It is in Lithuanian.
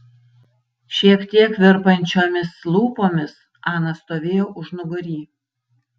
šiek tiek virpančiomis lūpomis ana stovėjo užnugary